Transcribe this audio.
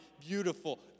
beautiful